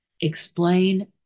Explain